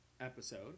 episode